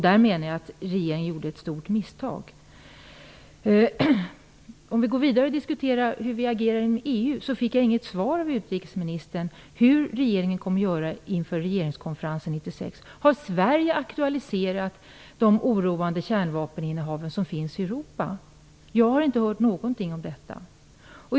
Där menar jag att regeringen gjorde ett stort misstag. I den vidare diskussionen om hur vi skall agera inom EU, så fick jag inget svar av utrikesministern på frågan om hur regeringen kommer att göra inför regeringskonferensen 1996. Har Sverige aktualiserat de oroande kärnvapeninnehav som finns i Europa? Jag har inte hört någonting om detta.